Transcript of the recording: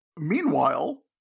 Meanwhile